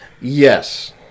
Yes